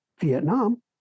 Vietnam